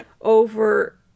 over